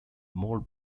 more